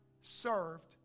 Served